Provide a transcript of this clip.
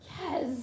Yes